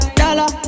dollar